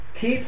Keep